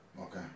Okay